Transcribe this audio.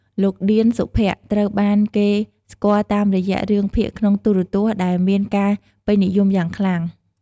លោក ឌៀន សុភ័ក្រ្ត ត្រូវបានគេស្គាល់តាមរយៈរឿងភាគក្នុងទូរទស្សន៍ដែលមានការពេញនិយមយ៉ាងខ្លាំង។